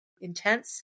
intense